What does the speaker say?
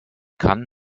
kann